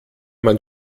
man